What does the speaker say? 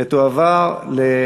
נתקבלה.